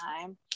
time